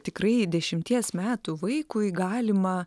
tikrai dešimties metų vaikui galima